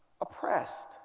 oppressed